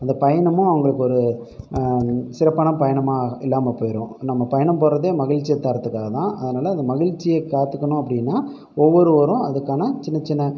அந்த பயணமும் அவங்களுக்கு ஒரு சிறப்பான பயணமாக இல்லாமல் போய்டும் நம்ம பயணம் போகிறேதே மகிழ்ச்சியை தரத்துக்காக தான் அதனால் அந்த மகிழ்ச்சியை காத்துக்கணும் அப்படின்னா ஒவ்வொருவரும் அதுக்கான சின்ன சின்ன